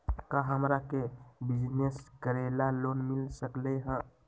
का हमरा के बिजनेस करेला लोन मिल सकलई ह?